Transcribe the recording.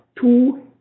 two